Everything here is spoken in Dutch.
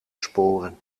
sporen